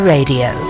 Radio